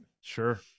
Sure